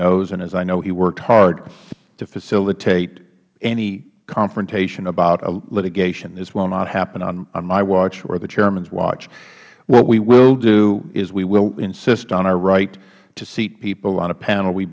knows and as i know he worked hard to facilitate any confrontation about a litigation this will not happen on my watch or the chairman's watch what we will do is we will insist on our right to seat people on a panel we